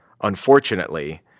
Unfortunately